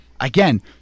again